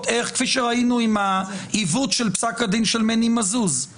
איך כפי שראינו עם העיוות של פסק הדין של מני מזוז,